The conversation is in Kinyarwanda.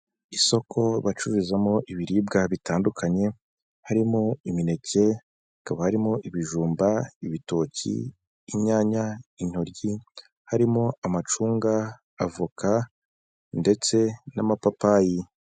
Isoko bacururizamo ibiribwa bitandukanye harimo imineke, hakaba harimo ibijumba, ibitoki, inyanya, intoryi harimo amacunga, avoka ndetse n'amapapayi.